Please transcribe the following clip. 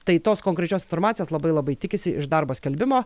tai tos konkrečios informacijos labai labai tikisi iš darbo skelbimo